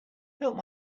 help